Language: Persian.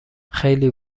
خیلی